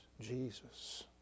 Jesus